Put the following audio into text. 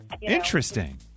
Interesting